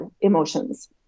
emotions